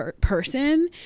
person